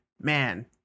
man